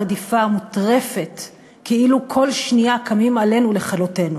הרדיפה המוטרפת כאילו כל שנייה קמים עלינו לכלותנו?